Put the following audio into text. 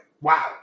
wow